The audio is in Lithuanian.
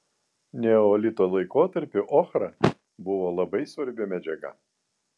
neolito laikotarpiu ochra buvo labai svarbi medžiaga